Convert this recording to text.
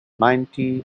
ninety